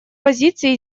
позиции